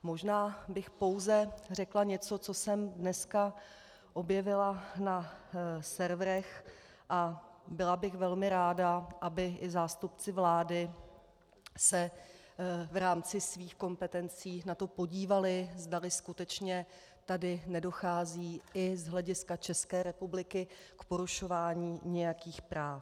Možná bych pouze řekla něco, co jsem dneska objevila na serverech, a byla bych velmi ráda, aby i zástupci vlády se v rámci svých kompetencí na to podívali, zdali skutečně tady nedochází i z hlediska České republiky k porušování nějakých práv.